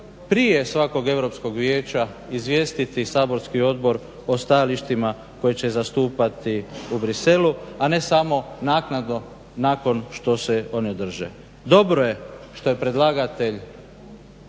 prije svakog Europskog vijeća izvijestiti saborski odbor o stajalištima koja će zastupati u Bruxellesu, a ne samo naknadno nakon što se one drže. Dobro je što je predlagatelj